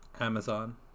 Amazon